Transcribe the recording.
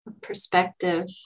perspective